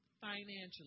financially